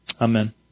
Amen